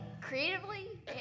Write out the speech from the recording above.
Creatively